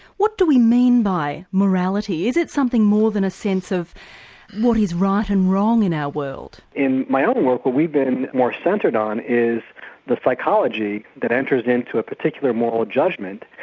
what do we mean by morality, is it something more than a sense of what is right and wrong in our world? in my own work what we've been more centred on is the psychology that enters into a particular moral judgement,